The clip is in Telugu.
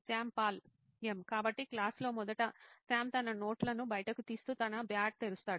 శ్యామ్ పాల్ ఎం కాబట్టి క్లాస్ లో మొదట సామ్ తన నోట్లను బయటకు తీస్తూ తన బ్యాగ్ తెరుస్తాడు